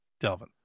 Delvin